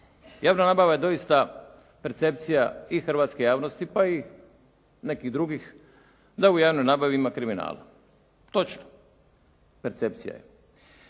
Javna nabava je doista percepcija i hrvatske javnosti pa i nekih drugih, da u javnoj nabavi ima kriminala. Točno, percepcija je.